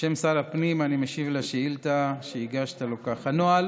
בשם שר הפנים אני משיב על השאילתה שהגשת לו כך: הנוהל